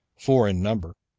four in number,